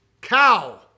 Cow